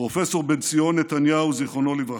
פרופ' בנציון נתניהו, זיכרונו לברכה,